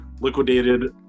liquidated